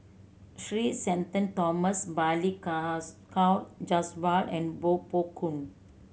Three Shenton Thomas Balli Kaur Jaswal and Koh Poh Koon